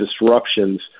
disruptions